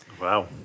Wow